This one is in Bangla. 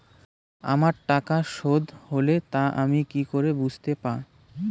আমার টাকা শোধ হলে তা আমি কি করে বুঝতে পা?